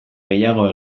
gehiago